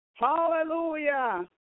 Hallelujah